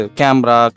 camera